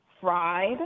fried